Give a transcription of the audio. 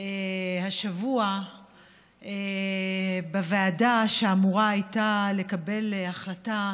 השבוע בוועדה שאמורה הייתה לקבל החלטה